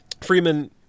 Freeman